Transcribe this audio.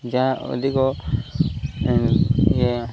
ଯାହା ଅଧିକ ଇଏ